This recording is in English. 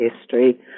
history